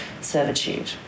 servitude